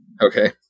Okay